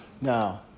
No